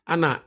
Ana